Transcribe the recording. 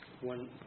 One